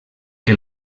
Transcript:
que